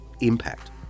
impact